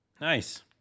Nice